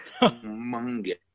Humongous